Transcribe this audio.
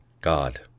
God